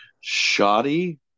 Shoddy